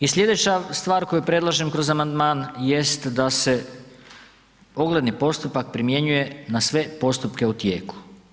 I slijedeća stvar koju predlažem kroz amandman jest da se ogledni postupak primjenjuje na sve postupke u tijeku.